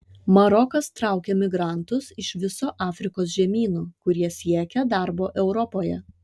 marokas traukia migrantus iš viso afrikos žemyno kurie siekia darbo europoje